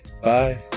bye